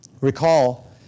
Recall